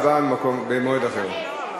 והצבעה במועד אחר.